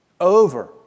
Over